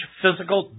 physical